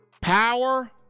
power